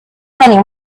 plenty